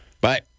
Bye